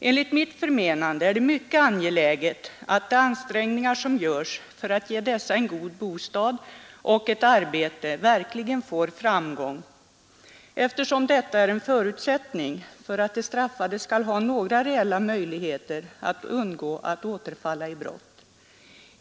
Enligt mitt förmenande är det mycket angeläget att de ansträngningar som görs för att ge dessa en god bostad och ett arbete verkligen får framgång, eftersom detta är en förutsättning för att de straffade skall ha några reella möjligheter att undgå att återfalla i brott.